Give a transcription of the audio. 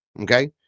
okay